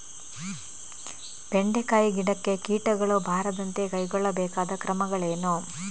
ಬೆಂಡೆಕಾಯಿ ಗಿಡಕ್ಕೆ ಕೀಟಗಳು ಬಾರದಂತೆ ಕೈಗೊಳ್ಳಬೇಕಾದ ಕ್ರಮಗಳೇನು?